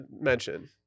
mention